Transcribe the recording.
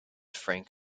frank